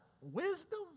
wisdom